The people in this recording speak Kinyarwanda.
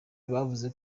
bavuze